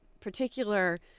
particular